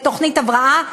בתוכנית הבראה,